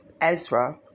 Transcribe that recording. Ezra